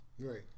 Right